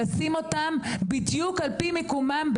לשים אותן בדיוק על פי מיקומן,